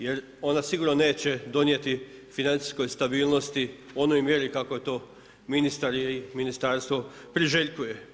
Jer ona sigurno neće donijeti financijskoj stabilnosti u onoj mjeri kako je to ministar i Ministarstvo priželjkuje.